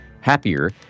happier